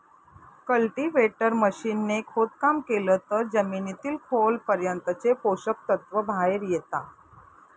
cultivator machine ने खोदकाम केलं तर जमिनीतील खोल पर्यंतचे पोषक तत्व बाहेर येता